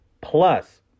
plus